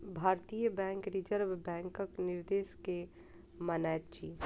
भारतीय bank reserve बैंकक निर्देश के मानैत अछि